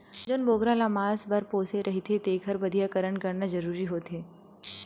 जउन बोकरा ल मांस बर पोसे गे रहिथे तेखर बधियाकरन करना जरूरी होथे